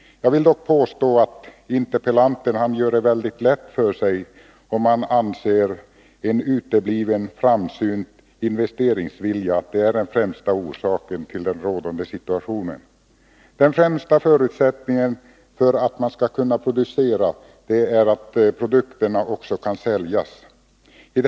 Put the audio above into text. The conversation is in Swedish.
Jag vill dock påstå att interpellanten gör det väldigt lätt för sig om han anser att en utebliven framsynt investeringsvilja är den främsta orsaken till den rådande situationen. Den främsta förutsättningen för att man skall kunna producera är att produkterna också kan säljas.